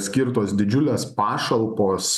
skirtos didžiulės pašalpos